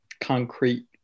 concrete